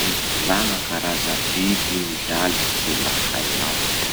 Mivolagna karaza biby milaly ze mba hainao.